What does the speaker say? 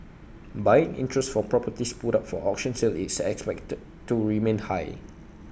buying interest for properties put up for auction sale is expected to remain high